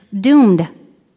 doomed